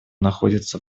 находится